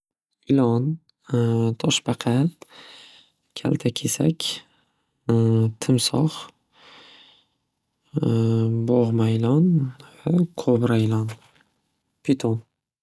Ilon, toshbaqa, kaltakesak, timsoh, bo'g'ma ilon, va qobra ilon, piton.